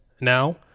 Now